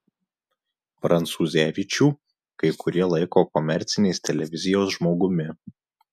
prancūzevičių kai kurie laiko komercinės televizijos žmogumi